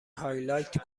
هایلایت